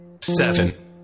seven